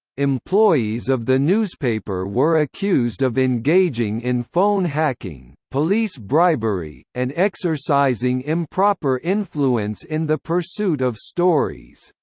employees of the newspaper were accused of engaging in phone hacking, police bribery, and exercising improper influence in the pursuit of stories.